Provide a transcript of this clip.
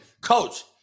Coach